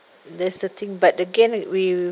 that's the thing but again we